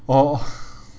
oh